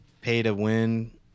pay-to-win